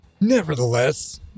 Nevertheless